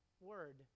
word